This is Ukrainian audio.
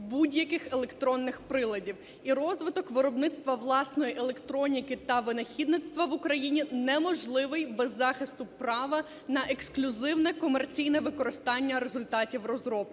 будь-яких електронних приладів. І розвиток виробництва власної електроніки та винахідництва в Україні неможливий без захисту права на ексклюзивне комерційне використання результатів розробки.